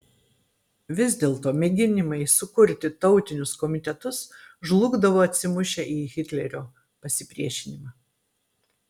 vis dėlto mėginimai sukurti tautinius komitetus žlugdavo atsimušę į hitlerio pasipriešinimą